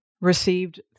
received